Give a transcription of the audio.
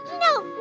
No